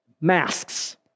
masks